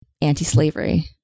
anti-slavery